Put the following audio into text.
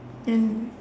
and